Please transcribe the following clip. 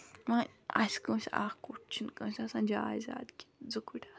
وۄنۍ آسہِ کٲنسہِ اَکھ کُٹھ چھِنہٕ کٲنسہِ آسان جاے زیادٕ کینہہ زٕ کُٹھ آسہٕ